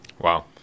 Wow